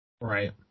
Right